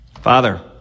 Father